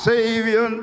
Savior